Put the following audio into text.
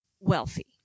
wealthy